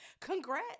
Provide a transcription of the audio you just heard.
Congrats